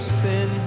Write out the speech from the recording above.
sin